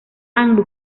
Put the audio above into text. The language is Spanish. anne